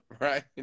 right